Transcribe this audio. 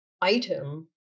item